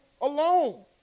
alone